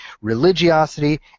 religiosity